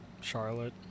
Charlotte